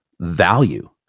value